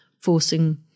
forcing